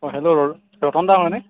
অ hello Ratan দা হয়নে